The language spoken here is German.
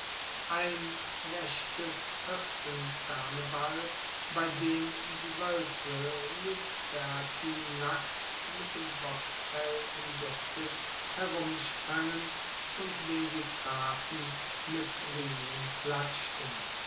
ein rechtes hirtenkarneval bei dem die woelfe luperci nackt mit dem bocksfell umguertet herumsprangen und wen sie trafen mit riemen klatschten